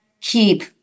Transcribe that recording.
keep